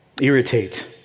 Irritate